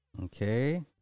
Okay